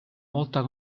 volta